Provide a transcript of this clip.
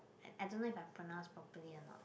I don't know if I pronounce properly or not